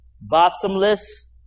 bottomless